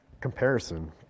comparison